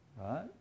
Right